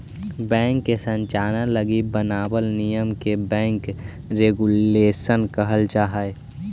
bank के संचालन लगी बनावल नियम के बैंक रेगुलेशन कहल जा हइ